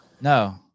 No